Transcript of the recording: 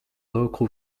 local